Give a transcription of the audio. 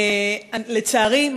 לצערי,